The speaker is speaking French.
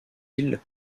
îles